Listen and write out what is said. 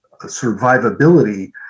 survivability